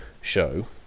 show